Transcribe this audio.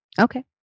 Okay